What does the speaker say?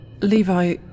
Levi